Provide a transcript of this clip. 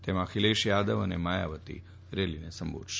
તેમાં અખિલેશ યાદવ અને માયાવતી રેલીને સંબોધશે